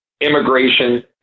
Immigration